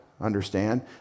understand